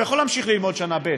הוא יכול להמשיך ללמוד שנה ב',